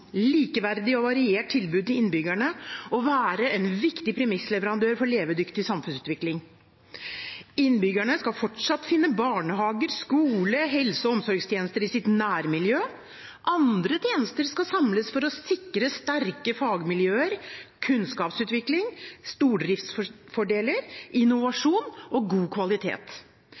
likeverdig og variert tilbud til innbyggerne og være en viktig premissleverandør for en levedyktig samfunnsutvikling. Innbyggerne skal fortsatt finne barnehager, skoler og helse- og omsorgstjenester i sitt nærmiljø. Andre tjenester skal samles for å sikre sterke fagmiljøer, kunnskapsutvikling, stordriftsfordeler, innovasjon og god kvalitet.